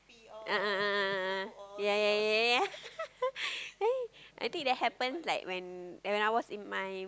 a'ah a'ah a'ah ya ya ya ya ya I think that happen like when when I was in my